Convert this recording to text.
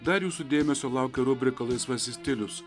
dar jūsų dėmesio laukia rubrika laisvasis stilius